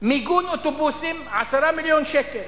מיגון אוטובוסים, 10 מיליון שקל,